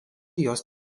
jos